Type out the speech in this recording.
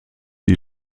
die